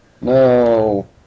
No